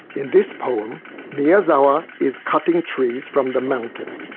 in this poem miyazawa is cutting trees from the mountain,